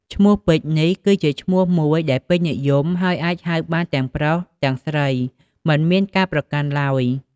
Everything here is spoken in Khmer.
ឈ្មោះពេជ្យនេះគឺជា ឈ្មោះមួយដែលពេញនិយម ហើយអាចហៅបានទាំងប្រុស ទាំងស្រី មិនមានការប្រកាន់ឡើយ។